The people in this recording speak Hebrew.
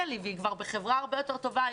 לה וכשזה היא כבר בחברה הרבה יותר טובה היום.